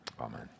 Amen